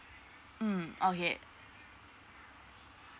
mm okay